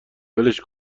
ولش